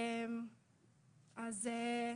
אז את